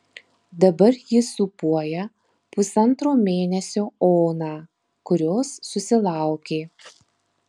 dabar ji sūpuoja pusantro mėnesio oną kurios susilaukė